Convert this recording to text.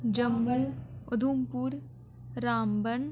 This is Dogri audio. जम्मू उधमपुर रामबन